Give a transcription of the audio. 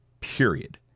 Period